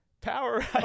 Power